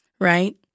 right